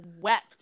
wept